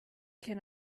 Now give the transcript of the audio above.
can